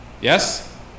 Yes